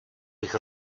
bych